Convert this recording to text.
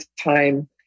time